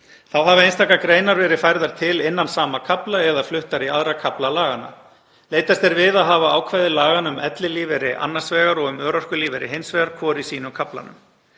Þá hafa einstakar greinar verið færðar til innan sama kafla eða fluttar í aðra kafla laganna. Leitast er við að hafa ákvæði laganna um ellilífeyri annars vegar og um örorkulífeyri hins vegar hvor í sínum kaflanum.